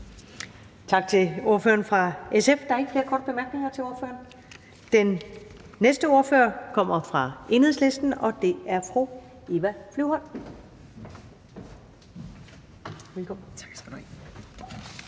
Tak til ordføreren for Socialdemokratiet. Der er ikke flere korte bemærkninger til ordføreren. Den næste ordfører kommer fra Venstre, og det er hr. Hans